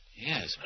Yes